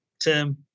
Tim